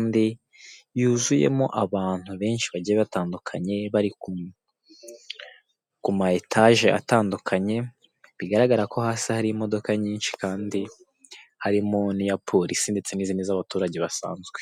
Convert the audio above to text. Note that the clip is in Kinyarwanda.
imbere ye hari mudasobwa n'icupa ry'amazi biteretse ku meza, iruhande rwe hari umugabo wambaye ishati y'umweru n'amarinete, mbere yewe hari icupa ry'amazi ndetse n'igikapu cy'umukara, iruhande rw'iwe nawe hari umugore wambaye ikanzu y'umukara iciye amaboko, imbere yiwe hari icupa ry'amazi na mudasobwa biteretse ku meza.